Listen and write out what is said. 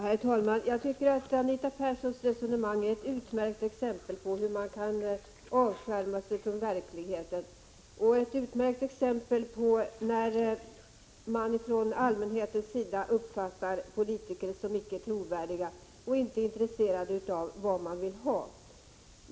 Herr talman! Jag tycker att Anita Perssons resonemang är ett utmärkt exempel på hur man kan avskärma sig från verkligheten och ett utmärkt exempel på anledningen till att allmänheten kan uppfatta politiker som icke trovärdiga och ointresserade av vad folk vill ha.